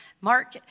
Mark